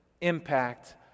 impact